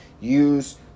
Use